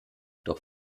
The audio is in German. doch